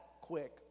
quick